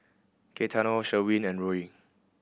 Gaetano Sherwin and Ruie